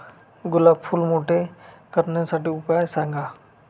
गुलाब फूल मोठे करण्यासाठी उपाय सांगा?